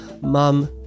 Mum